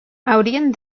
haurien